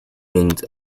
wings